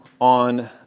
on